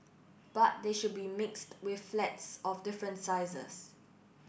but they should be mixed with flats of different sizes